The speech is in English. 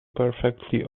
perfectly